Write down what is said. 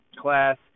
class